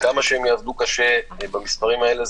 כמה שהם יעבדו קשה במספרים האלה,